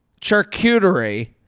charcuterie